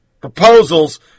proposals